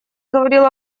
говорил